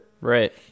Right